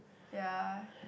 ya